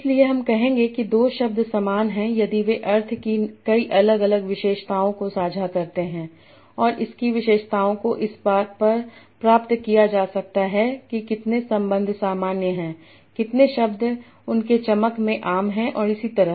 इसलिए हम कहेंगे कि दो शब्द समान हैं यदि वे अर्थ की कई अलग अलग विशेषताओं को साझा करते हैं और इसकी विशेषताओं को इस बात पर प्राप्त किया जा सकता है कि कितने संबंध सामान्य हैं कितने शब्द उनके चमक में आम हैं और इसी तरह